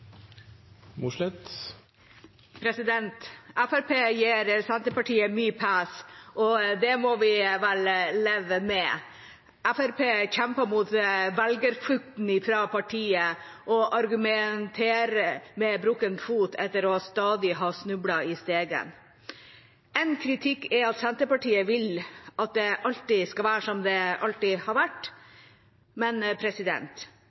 gir Senterpartiet mye pes, og det må vi vel leve med. Fremskrittspartiet kjemper mot velgerflukten fra partiet og argumenterer med brukket fot etter stadig å ha snublet i stigen. Én kritikk er at Senterpartiet vil at alt skal være som det alltid har